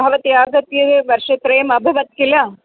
भवती आगत्य वर्षत्रयम् अभवत् किल